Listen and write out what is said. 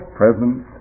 presence